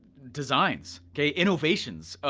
designs, okay? innovations,